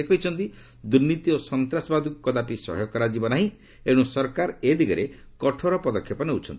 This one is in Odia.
ସେ କହିଛନ୍ତି ଦୁର୍ନୀତି ଓ ସନ୍ତାସବାଦକୁ କଦାପି ସହ୍ୟ କରାଯିବ ନାହିଁ ଏଣୁ ସରକାର ଏ ଦିଗରେ କଠୋର ପଦକ୍ଷେପ ନେଉଛନ୍ତି